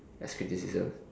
as criticism